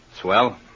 Swell